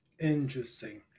Interesting